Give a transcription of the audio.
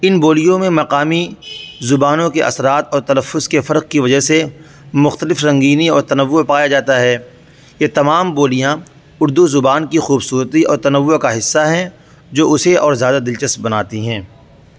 ان بولیوں میں مقامی زبانوں کے اثرات اور تلفظ کے فرق کی وجہ سے مختلف رنگینی اور تنوع پایا جاتا ہے یہ تمام بولیاں اردو زبان کی خوبصورتی اور تنوع کا حصہ ہیں جو اسے اور زیادہ دلچسپ بناتی ہیں